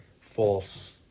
false